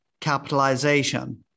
capitalization